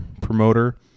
promoter